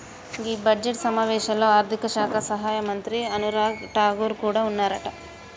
గీ budget సమావేశాల్లో ఆర్థిక శాఖ సహాయక మంత్రి అనురాగ్ ఠాగూర్ కూడా ఉన్నారట